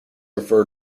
refer